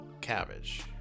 cabbage